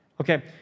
Okay